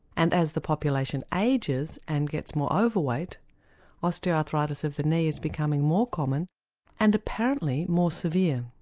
and as the population ages and gets more overweight osteoarthritis of the knee is becoming more common and apparently more severe.